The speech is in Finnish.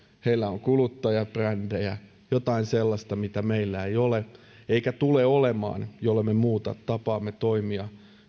heillä on kuluttajabrändejä jotain sellaista mitä meillä ei ole eikä tule olemaan jollemme muuta tapaamme toimia